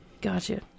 Gotcha